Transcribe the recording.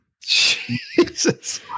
Jesus